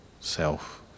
self